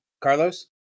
Carlos